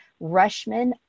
Rushman